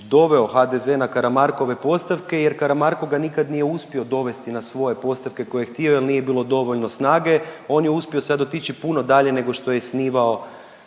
doveo HDZ na Karamarkove postavke jer Karamarko ga nikad nije uspio dovesti na svoje postavke koje je htio jer nije bilo dovoljno snage. On je uspio sad otići puno dalje nego što je snivao